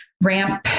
Ramp